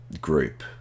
group